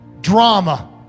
drama